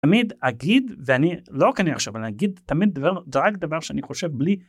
תמיד אגיד ואני לא אקנה עכשיו אני אגיד תמיד דבר זה רק דבר שאני חושב בלי.